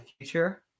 future